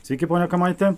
sveiki pone kamaiti